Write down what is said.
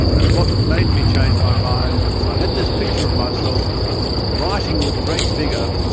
and what made me change my mind is i had this picture of myself writing with great vigour,